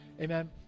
Amen